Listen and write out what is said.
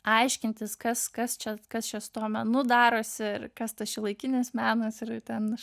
aiškintis kas kas čia kas čia su tuo menu darosi ir kas tas šiuolaikinis menas ir ten